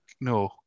no